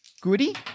Goody